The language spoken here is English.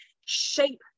shape